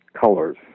colors